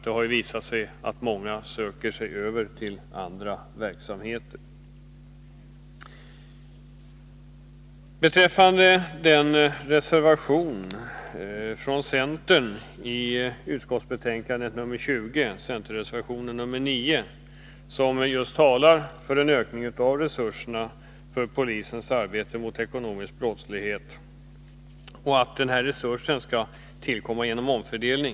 Det har visat sig att många åklagare söker sig till andra verksamheter. Reservation 9 från centerpartiet i justitieutskottets betänkande 20 talar just för en ökning av resurserna för polisens arbete mot ekonomisk brottslighet och för att denna resurs skall tillkomma genom omfördelning.